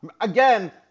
Again